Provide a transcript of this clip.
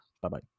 bye-bye